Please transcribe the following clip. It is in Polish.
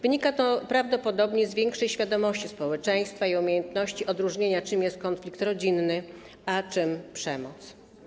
Wynika to prawdopodobnie z większej świadomości społeczeństwa i umiejętności odróżnienia, czym jest konflikt rodzinny, a czym przemoc.